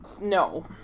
no